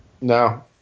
No